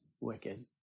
wicked